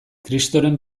kristoren